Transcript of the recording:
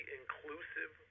inclusive